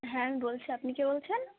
হ্যাঁ বলছি আপনি কে বলছেন